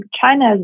China